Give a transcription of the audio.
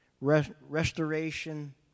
restoration